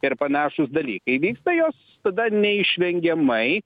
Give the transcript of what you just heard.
ir panašūs dalykai vyksta jos tada neišvengiamai